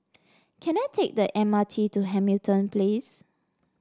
can I take the M R T to Hamilton Place